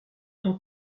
tant